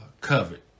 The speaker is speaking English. covered